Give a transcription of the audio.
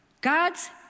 God's